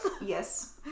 Yes